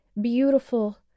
beautiful